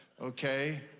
Okay